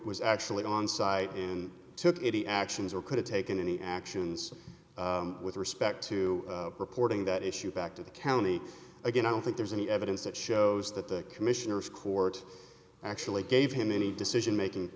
was actually on site and took any actions or could've taken any actions with respect to reporting that issue back to the county again i don't think there's any evidence that shows that the commissioners court actually gave him any decision making